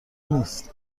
نیست